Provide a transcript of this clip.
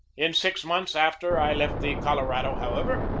in six months after i left the colorado, however,